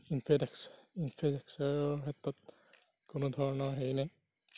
ইনফাডাক্স ইনফাডাক্সাৰৰ ক্ষেত্ৰত কোনো ধৰণৰ হেৰি নাই